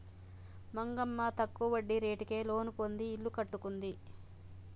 మంగమ్మ తక్కువ వడ్డీ రేటుకే లోను పొంది ఇల్లు కట్టుకుంది